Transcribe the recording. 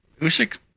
Usyk